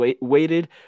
waited